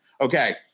Okay